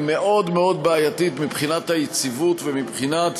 מאוד מאוד בעייתית מבחינת היציבות ומבחינת